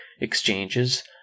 exchanges